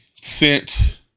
sent